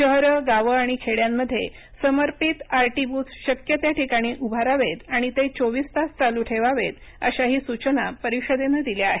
शहरं गावं आणि खेड्यांमध्ये समर्पित आरएटी बुथ्स शक्य त्या ठिकाणी उभारावेत आणि ते चोवीस तास चालू ठेवावेत अशाही सूचना परिषदेनं दिल्या आहेत